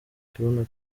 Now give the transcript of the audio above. kibuno